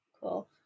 Cool